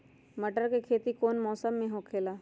मटर के खेती कौन मौसम में होखेला?